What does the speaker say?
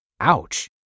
Ouch